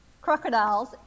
crocodiles